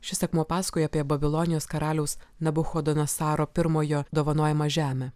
šis akmuo pasakoja apie babilonijos karaliaus nabuchodonosaro pirmojo dovanojamą žemę